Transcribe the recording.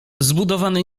zbudowany